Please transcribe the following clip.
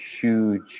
huge